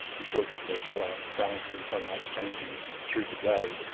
because the colour balance in sunlight is changing through the day,